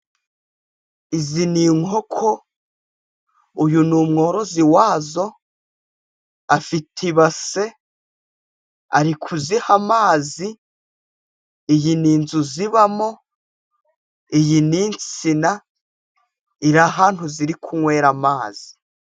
Izi ni inkoko, uyu ni umworozi wazo, afite ibase arikuziha amazi. Iyi ni inzu zibamo, iyi nsina iri ahantu ziri kunywera amazi.